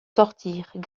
sortirent